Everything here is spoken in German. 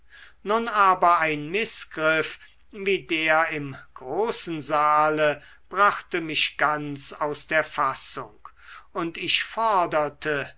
nun aber ein mißgriff wie der im großen saale brachte mich ganz aus der fassung und ich forderte